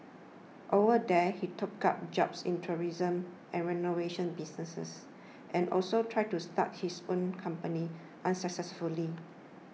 over there he took up jobs in tourism and renovation businesses and also tried to start his own company unsuccessfully